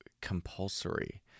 compulsory